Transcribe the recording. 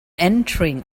entering